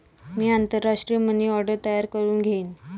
मी आंतरराष्ट्रीय money order तयार करुन घेईन